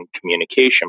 communication